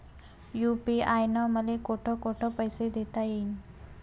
UPI न मले कोठ कोठ पैसे देता येईन?